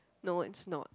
no it's not